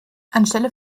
anstelle